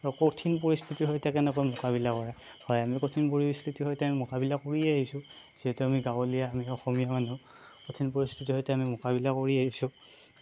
আৰু কঠিন পৰিস্থিতিৰ সৈতে কেনেকৈ মোকাবিলা কৰা হয় আমি কঠিন পৰিস্থিতিৰ সৈতে আমি মোকাবিলা কৰিয়েই আহিছোঁ যিহেতু আমি গাঁৱলীয়া আমি অসমীয়া মানুহ কঠিন পৰিস্থিতিৰ সৈতে আমি মোকাবিলা কৰি আহিছোঁ